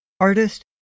artist